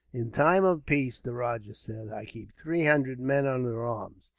in time of peace, the rajah said, i keep three hundred men under arms.